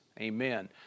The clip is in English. amen